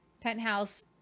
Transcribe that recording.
Penthouse